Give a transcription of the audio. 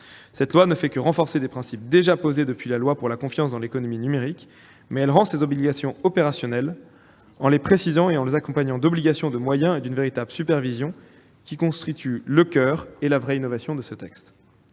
de loi ne fait que renforcer des principes déjà posés depuis la loi pour la confiance dans l'économie numérique, mais elle rend ces obligations opérationnelles, en les précisant et en les accompagnant d'obligations de moyens et d'une véritable supervision qui constituent le coeur et la vraie innovation de ce texte.